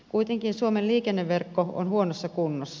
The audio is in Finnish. kuitenkin suomen liikenneverkko on huonossa kunnossa